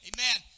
Amen